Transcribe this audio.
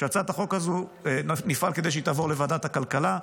שנפעל כדי שהצעת החוק הזו תעבור לוועדת הכלכלה,